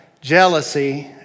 jealousy